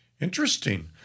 Interesting